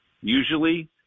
Usually